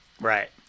Right